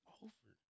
over